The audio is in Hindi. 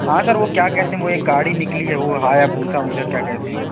हाँ सर वह क्या कहते हैं वह एक गाड़ी निकली है वह हायाबुसा वुसा क्या कहते हैं